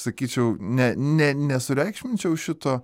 sakyčiau ne ne nesureikšminčiau šito